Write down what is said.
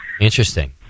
interesting